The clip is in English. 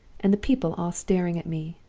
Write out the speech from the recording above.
and the people all staring at me.